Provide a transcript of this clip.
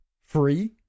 free